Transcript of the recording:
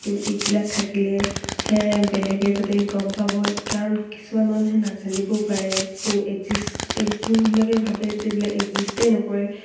তো এইবিলাক থাকিলেহে বেলেগে যাতে গম পাব কাৰণ কিছুমান মানুহে নাজানিবও পাৰে তো এক্সিষ্ট এক যোনবিলাকে ভাবে যে এক্সিষ্টেই নকৰে